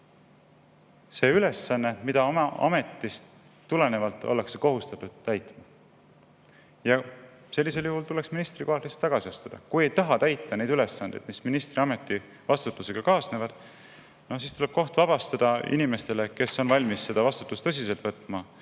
see ülesanne, mida oma ametist tulenevalt ollakse kohustatud täitma. Ning sellisel juhul tuleks ministrikohalt lihtsalt tagasi astuda. Kui ei taha täita neid ülesandeid, mis ministri ametivastutusega kaasnevad, no siis tuleb koht vabastada inimestele, kes on valmis seda vastutust tõsiselt võtma